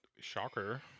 shocker